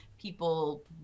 people